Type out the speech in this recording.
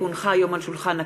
כי הונחו היום על שולחן הכנסת,